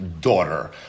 daughter